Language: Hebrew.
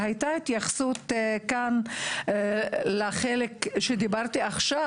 הייתה התייחסות כאן לחלק שדיברתי עכשיו,